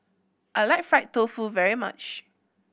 I like fried tofu very much